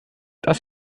das